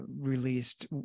released